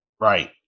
right